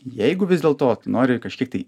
jeigu vis dėlto tu nori kažkiek tai